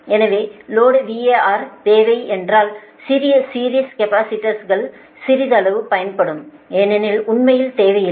எனவே load VAR தேவை என்றால் சிறிய சீரிஸ் கேபஸிடர்ஸ்கள் சிறிதளவு பயன்படும் ஏனெனில் உண்மையில் தேவையில்லை